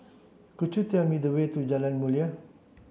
could you tell me the way to Jalan Mulia